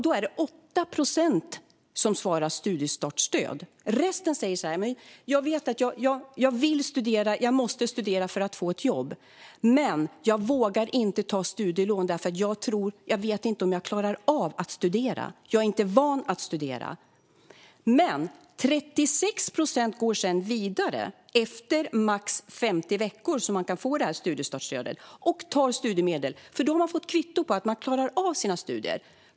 Då är det 8 procent som svarar studiestartsstöd. Resten säger att de vet att de vill och måste studera för att få ett jobb, men de vågar inte ta studielån eftersom de inte vet om de klarar av att studera. De är inte vana att studera. Men 36 procent går sedan vidare efter de max 50 veckor som det går att få studiestartsstödet och tar studiemedel. Då har de fått kvitto på att de klarar av sina studier.